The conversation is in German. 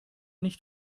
nicht